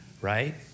right